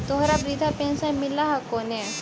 तोहरा वृद्धा पेंशन मिलहको ने?